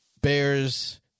Bears